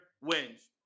wins